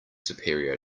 superior